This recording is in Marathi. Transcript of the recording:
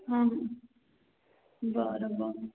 हां हां बरं बरं